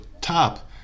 top